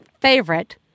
favorite